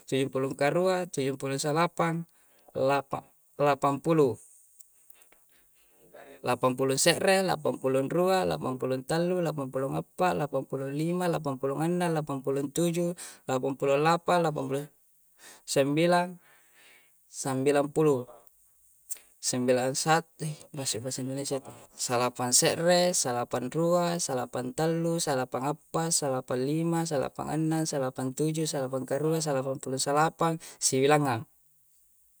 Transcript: Tujupulo karua, tujungpulo salapang, lapang, lapang pulu. Lapang pulo se're, lapang pulo rua, lapang pulo tallu, lapang pulo ngappa', lapang pulo llima, lapang pulo ngannang, lapang pulo tuju, lapang pulo lapang, lapang pulo sembilang, sambilang pulu. Sembilang satu, eh masuk bahasa indonesia itu, salapang se're, salapang rua, salapang tallu, salapang appa', salapang lima, salapang annang, salapang tuju, salapang karua, salapang pulo salapang, sibilangngang.